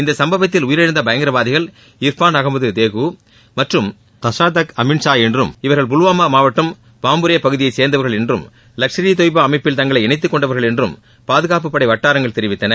இச்சும்பவத்தில் உயிரிழந்த பயங்கரவாதிகள் இர்ஃபான் அகமது தேக்கூ மற்றும் தசாதக் அமின்ஷா என்றும் புல்வாமா மாவட்டம் பாம்புரே பகுதியை சேர்ந்தவர்கள் என்றும் லஷ்கர் இ தொய்பா அமைப்பில் தங்களை இணைத்துக்கொண்டவர்கள் என்றும் பாதுகாப்பு படை வட்டாரங்கள் தெரிவித்தன